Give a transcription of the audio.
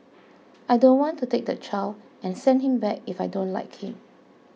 I don't want to take the child and send him back if I don't like him